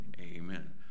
Amen